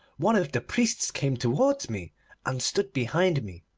one of the priests came towards me and stood behind me.